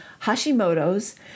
Hashimoto's